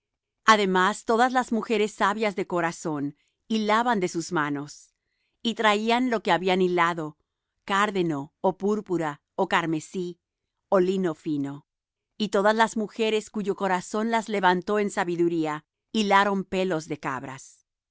además todas las mujeres sabias de corazón hilaban de sus manos y traían lo que habían hilado cárdeno ó púrpura ó carmesí ó lino fino y todas las mujeres cuyo corazón las levantó en sabiduría hilaron pelos de cabras